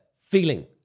Feeling